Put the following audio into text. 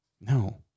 No